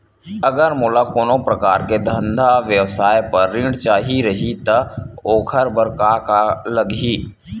अगर मोला कोनो प्रकार के धंधा व्यवसाय पर ऋण चाही रहि त ओखर बर का का लगही?